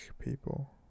people